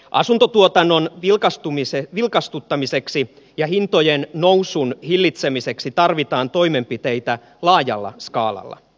asuntotuotannon vilkastuttamiseksi ja hintojen nousun hillitsemiseksi tarvitaan toimenpiteitä laajalla skaalalla